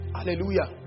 Hallelujah